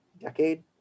decade